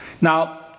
Now